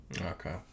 Okay